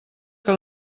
que